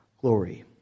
glory